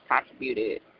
contributed